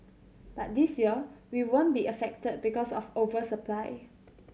but this year we won't be affected because of over supply